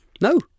No